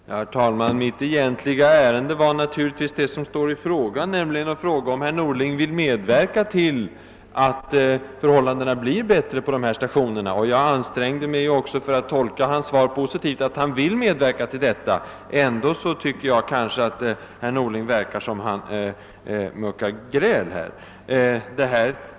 Herr talman! Mitt ärende var naturligtvis det som står i frågan, nämligen att få veta om herr Norling vill medverka till att förhållandena på de här stationerna blir bättre. Jag ansträngde mig också att tolka hans svar positivt, nämligen så att han vill medverka till detta. ändå tycker jag det verkar som om herr Norling ville mucka gräl.